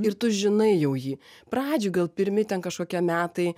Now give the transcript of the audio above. ir tu žinai jau jį pradžioj gal pirmi ten kažkokie metai